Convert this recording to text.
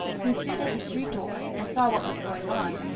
who stood at the street-door, and saw what was going on.